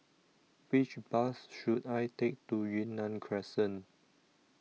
Which Bus should I Take to Yunnan Crescent